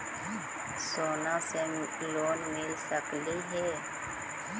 सोना से लोन मिल सकली हे?